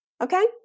Okay